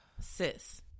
Sis